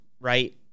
right